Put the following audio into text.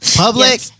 public